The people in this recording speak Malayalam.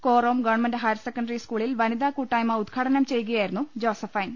കോറോം ഗവൺമെന്റ് ഹയർസെക്കണ്ടറി സ്കൂളിൽ വനിതാ കൂട്ടായ്മ ഉദ്ഘാടനം ചെയ്യുകയായിരുന്നു ജോസഫൈൻ